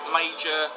major